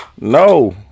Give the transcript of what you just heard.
No